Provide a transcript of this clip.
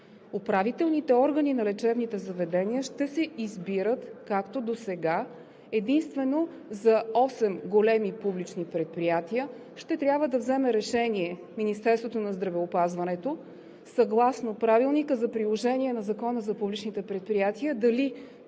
Управителните органи на лечебните заведения ще се избират както досега. Единствено за осем големи публични предприятия ще трябва да вземе решение Министерството на здравеопазването съгласно Правилника за приложение на Закона за публичните предприятия – дали